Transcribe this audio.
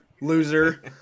loser